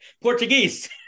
Portuguese